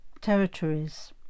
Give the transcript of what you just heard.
territories